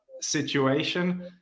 situation